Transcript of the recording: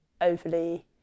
overly